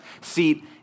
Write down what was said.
seat